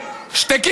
אתה צורח.